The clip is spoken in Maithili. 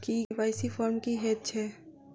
ई के.वाई.सी फॉर्म की हएत छै?